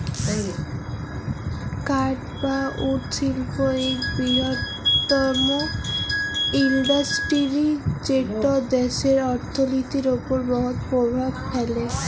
কাঠ বা উড শিল্প ইক বিরহত্তম ইল্ডাসটিরি যেট দ্যাশের অথ্থলিতির উপর বহুত পরভাব ফেলে